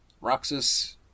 Roxas